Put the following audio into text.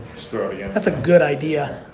yeah that's a good idea.